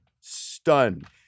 stunned